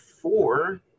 four